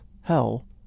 hell